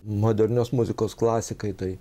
modernios muzikos klasikai tai